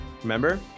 remember